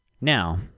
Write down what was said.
Now